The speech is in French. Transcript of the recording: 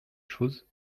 chose